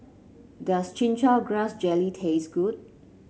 does Chin Chow Grass Jelly taste good